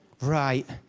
Right